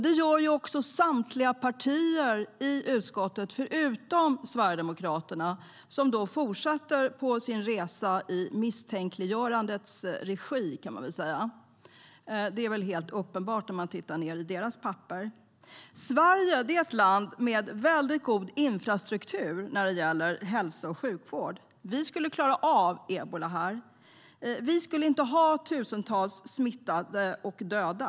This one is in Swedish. Det gör också samtliga partier i utskottet, förutom Sverigedemokraterna som fortsätter på sin resa i misstänkliggörandets regi, kan man säga. Det är helt uppenbart när man tittar på vad de föreslår. Sverige är ett land med mycket god infrastruktur när det gäller hälsa och sjukvård. Vi skulle klara av ebola här. Vi skulle inte ha tusentals smittade och döda.